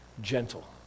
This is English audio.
Gentle